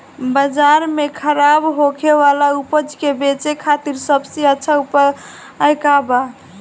बाजार में खराब होखे वाला उपज के बेचे खातिर सबसे अच्छा उपाय का बा?